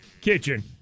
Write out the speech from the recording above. Kitchen